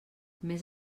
més